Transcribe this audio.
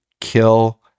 kill